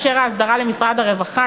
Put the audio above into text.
ההסדרה תאפשר למשרד הרווחה,